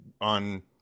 on